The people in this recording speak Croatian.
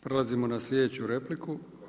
Prelazimo na sljedeću repliku.